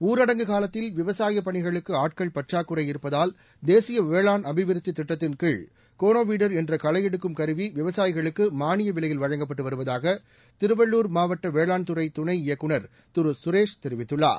ஊரடங்கு காலத்தில் விவசாய பணிகளுக்கு ஆட்கள் பற்றாக்குறை இருப்பதால் தேசிய வேளாண் அபிவிருத்தி திட்டத்தின்கீழ் கோனோவீடர் என்ற களையெடுக்கும் கருவி விவசாயிகளுக்கு மானிய விலையில் வழங்கப்பட்டு வருவதாக திருவள்ளூர் மாவட்ட வேளாண் துறை துணை இயக்குநர் திரு சுரேஷ் தெரிவித்துள்ளார்